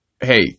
hey